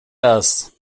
das